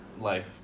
life